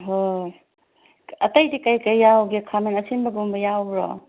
ꯍꯣꯏ ꯑꯇꯩꯗꯤ ꯀꯔꯤ ꯀꯔꯤ ꯌꯥꯎꯒꯦ ꯈꯥꯃꯦꯟ ꯑꯁꯤꯟꯕꯒꯨꯝꯕ ꯌꯥꯎꯕ꯭ꯔꯣ